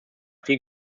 viel